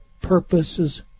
purposes